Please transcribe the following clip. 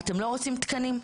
אתם לא רוצים תקנים,